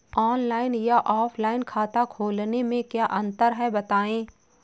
Online या offline खाता खोलने में क्या अंतर है बताएँ?